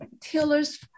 Taylor's